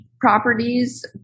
properties